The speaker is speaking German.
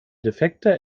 defekter